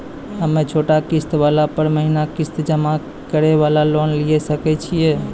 हम्मय छोटा किस्त वाला पर महीना किस्त जमा करे वाला लोन लिये सकय छियै?